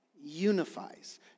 unifies